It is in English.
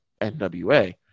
nwa